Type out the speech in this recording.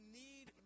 need